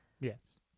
Yes